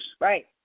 Right